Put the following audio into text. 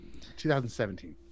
2017